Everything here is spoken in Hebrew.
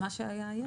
מה שהיה היה.